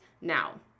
now